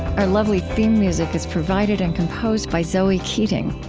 our lovely theme music is provided and composed by zoe keating,